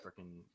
freaking